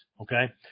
okay